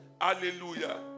Hallelujah